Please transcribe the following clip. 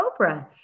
Oprah